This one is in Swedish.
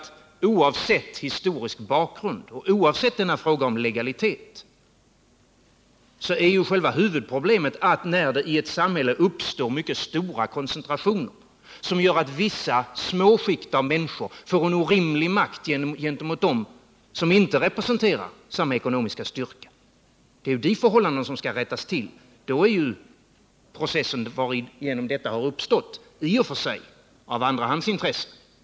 Oavsett historisk bakgrund och oavsett frågan om legalitet är själva huvudproblemet att det har uppstått en förmögenhetskoncentration som gjort att vissa små skikt av människor får en orimlig makt gentemot dem som inte representerar samma ekonomiska styrka. Det är detta förhållande som skall rättas till, och då är ju processen varigenom detta förhållande har uppstått i och för sig av andrahandsintresse.